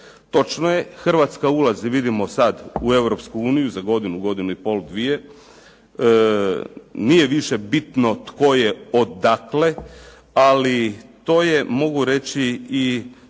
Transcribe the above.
Točno je, Hrvatska ulazi vidimo sada u Europsku uniju za godinu, godinu i pol, dvije, nije više bitno tko je odakle, ali mogu reći i